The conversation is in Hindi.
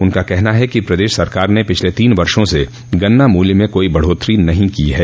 उनका कहना है कि प्रदेश सरकार ने पिछले तीन वर्षो से गन्ना मूल्य में कोई बढ़ोत्तरी नहीं की है